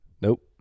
Nope